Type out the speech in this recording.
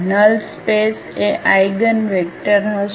null space એ eigenvector હશે